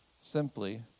simply